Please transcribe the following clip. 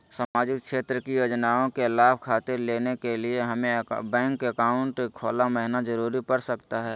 सामाजिक क्षेत्र की योजनाओं के लाभ खातिर लेने के लिए हमें बैंक अकाउंट खोला महिना जरूरी पड़ सकता है?